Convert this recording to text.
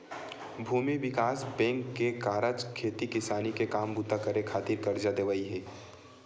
भूमि बिकास बेंक के कारज खेती किसानी के काम बूता करे खातिर करजा देवई हे